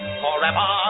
forever